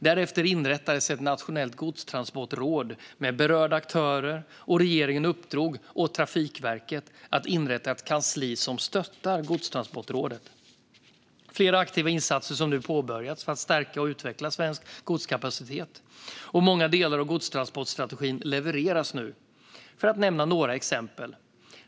Därefter inrättades ett nationellt godstransportråd med berörda aktörer, och regeringen uppdrog åt Trafikverket att inrätta ett kansli som stöttar godstransportrådet. Flera aktiva insatser har nu påbörjats för att stärka och utveckla svensk godskapacitet. Många delar av godstransportstrategin levereras nu. Låt mig nämna några exempel.